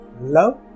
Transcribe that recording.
Love